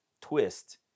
twist